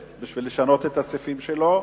כדי לשנות את הסעיפים שלו,